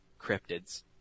cryptids